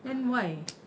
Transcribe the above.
then why